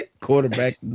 Quarterback